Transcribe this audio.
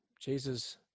Jesus